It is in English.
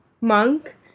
monk